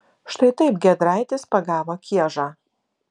štai taip giedraitis pagavo kiežą